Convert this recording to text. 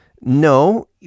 No